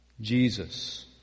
Jesus